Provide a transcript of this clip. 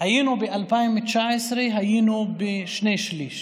היינו ב-2019 בשני שלישים.